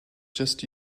just